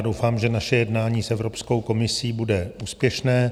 Doufám, že naše jednání s Evropskou komisí bude úspěšné.